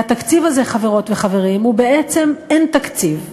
והתקציב הזה, חברות וחברים, הוא בעצם אין-תקציב.